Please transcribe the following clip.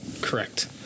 correct